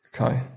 Okay